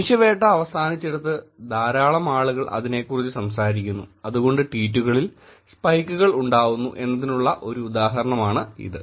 മനുഷ്യവേട്ട അവസാനിച്ചിടത്ത് ധാരാളം ആളുകൾ അതിനെക്കുറിച്ചു സംസാരിക്കുന്നു അതുകൊണ്ട് ട്വീറ്റുകളിൽ സ്പൈക്കുകൾ ഉണ്ടാവുന്നു എന്നതിനുള്ള ഒരു ഉദാഹരണമാണ് ഇത്